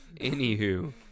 Anywho